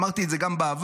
אמרתי את זה גם בעבר,